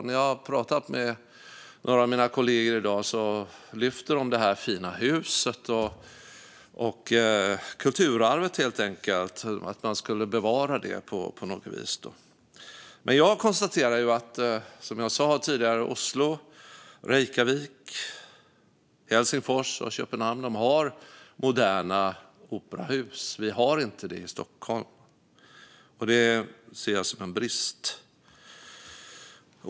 När jag har pratat med några av mina kollegor i dag har de lyft det fina huset och kulturarvet samt att man helt enkelt skulle bevara det på något vis. Men jag konstaterar, som jag sa tidigare, att Oslo, Reykjavik, Helsingfors och Köpenhamn har moderna operahus. Det har vi inte i Stockholm. Det ser jag som en brist.